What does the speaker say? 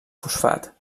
fosfat